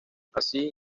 así